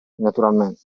naturalmente